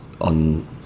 on